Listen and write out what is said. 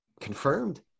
confirmed